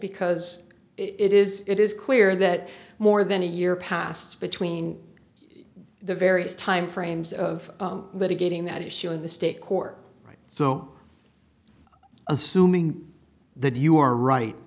because it is it is clear that more than a year passed between the various time frames of that a getting that issue in the state court so assuming that you are right